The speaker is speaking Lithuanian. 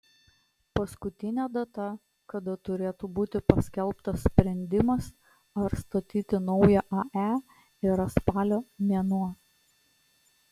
paskutinė data kada turėtų būti paskelbtas sprendimas ar statyti naują ae yra spalio mėnuo